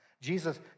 Jesus